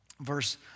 Verse